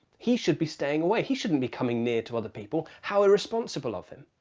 he should be staying away. he shouldn't be coming near to other people. how irresponsible of him.